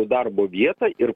darbo vietą ir